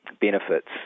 benefits